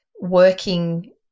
working